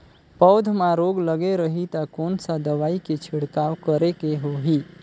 पौध मां रोग लगे रही ता कोन सा दवाई के छिड़काव करेके होही?